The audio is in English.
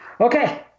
Okay